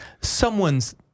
someone's